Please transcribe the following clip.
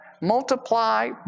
Multiply